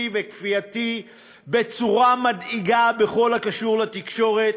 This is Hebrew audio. וכפייתי בצורה מדאיגה בכל הקשור לתקשורת,